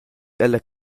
ella